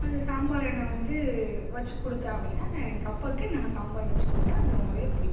அது சாம்பார் என்ன வந்து வச்சுக்குடுத்தோம் அப்படின்னா எங்கள் அப்பாக்கு நான் சாம்பார் வச்சுக்குடுத்தா அது ரொம்பவே பிடிக்கும்